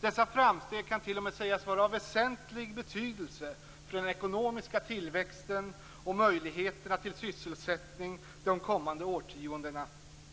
Dessa framsteg kan t.o.m. sägas vara av väsentlig betydelse för den ekonomiska tillväxten och möjligheterna till sysselsättning de kommande årtiondena.